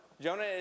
Jonah